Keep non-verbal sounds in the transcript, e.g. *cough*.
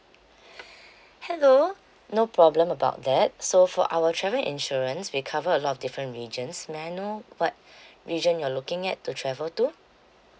*breath* hello no problem about that so for our travel insurance we cover a lot of different regions may I know what *breath* region you're looking at to travel to